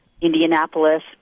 Indianapolis